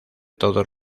todos